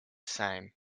same